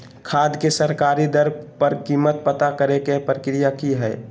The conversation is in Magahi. खाद के सरकारी दर पर कीमत पता करे के प्रक्रिया की हय?